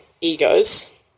egos